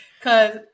Cause